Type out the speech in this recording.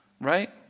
right